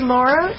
Laura